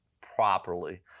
properly